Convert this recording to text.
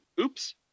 oops